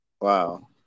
Wow